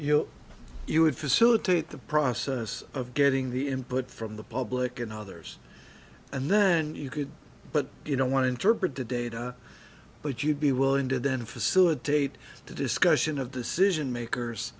know you would facilitate the process of getting the input from the public and others and then you could but you don't want to interpret the data but you'd be willing to then facilitate the discussion of the citizen makers